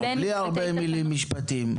בלי הרבה מילים משפטיות.